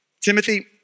Timothy